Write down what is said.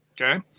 Okay